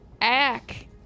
Ack